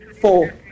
four